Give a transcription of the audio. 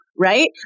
Right